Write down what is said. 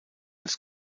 des